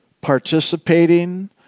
participating